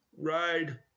ride